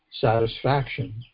satisfaction